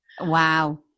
wow